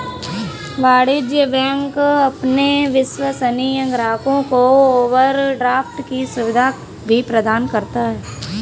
वाणिज्य बैंक अपने विश्वसनीय ग्राहकों को ओवरड्राफ्ट की सुविधा भी प्रदान करता है